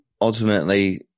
ultimately